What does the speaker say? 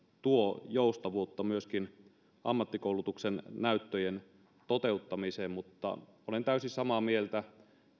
tuo joustavuutta myöskin ammattikoulutuksen näyttöjen toteuttamiseen mutta olen täysin samaa mieltä